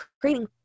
creating